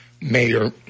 mayor